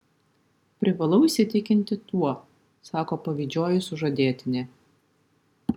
privalau įsitikinti tuo sako pavydžioji sužadėtinė